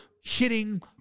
hitting